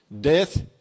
Death